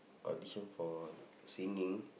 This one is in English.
audition for singing